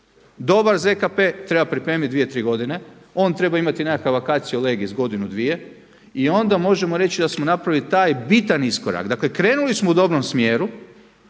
Dobar ZKP treba pripremiti 2, 3 godine, on treba imati nekakav vacatio legis godinu dvije i onda možemo reći da smo napravili taj bitan iskorak. Dakle, krenuli smo u dobrom smjeru.